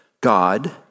God